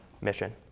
mission